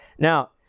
Now